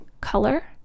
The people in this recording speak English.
color